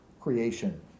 creation